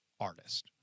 artist